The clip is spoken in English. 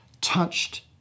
touched